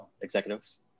executives